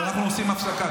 טוב, אנחנו עושים הפסקה.